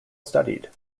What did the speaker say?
studied